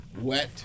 wet